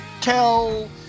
tell